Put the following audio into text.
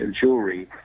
jewelry